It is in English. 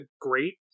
great